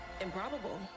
improbable